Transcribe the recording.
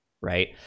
right